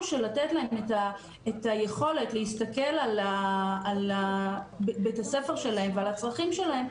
של לתת להם את היכולת להסתכל על בית הספר שלהם ועל הצרכים שלהם.